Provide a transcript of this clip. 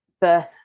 birth